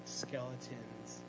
skeletons